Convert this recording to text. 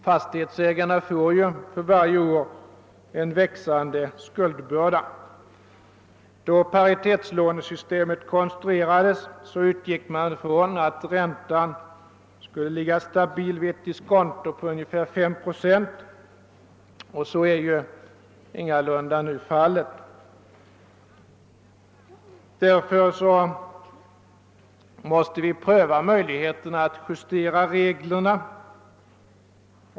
Fastighetsägarna får för varje år en växande skuldbörda. Då paritetslånesystemet konstruerades utgick man ifrån att räntan skulle ligga stabil vid ett diskonto på ungefär 5 procent, och det är ju ingalunda fallet nu. Därför måste vi pröva möjligheterna att justera reglerna.